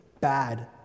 bad